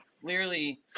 clearly